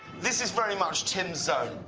this is very much tim's zone,